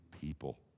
people